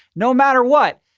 no matter what.